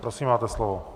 Prosím, máte slovo.